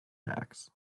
tacks